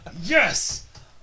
Yes